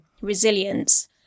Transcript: resilience